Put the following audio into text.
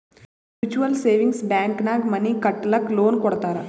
mutual savings bank ನಾಗ್ money ಕಟ್ಟಲಕ್ಕ್ loan ಕೊಡ್ತಾರ್